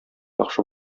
яхшы